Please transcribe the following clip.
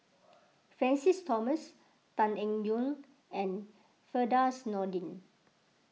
Francis Thomas Tan Eng Yoon and Firdaus Nordin